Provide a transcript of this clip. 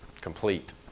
Complete